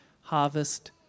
harvest